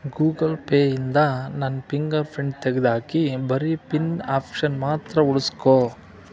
Google Pay ಇಂದ ನನ್ನ fingerprint ತೆಗೆದು ಹಾಕಿ ಬರೀ ಪಿನ್ ಆಪ್ಷನ್ ಮಾತ್ರ ಉಳಿಸ್ಕೊ